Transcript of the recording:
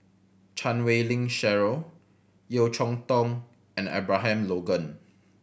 Chan Wei Ling Cheryl Yeo Cheow Tong and Abraham Logan